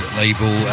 label